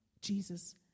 Jesus